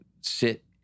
sit